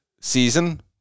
season